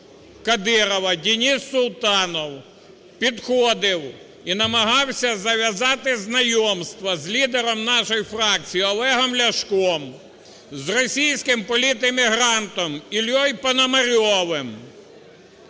Кадирова Денис Султанов підходив і намагався зав'язати знайомство з лідером нашої фракції Олегом Ляшком, з російським політемігрантом Іллею Пономарьовим,